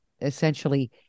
essentially